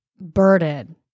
burden